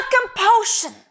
compulsion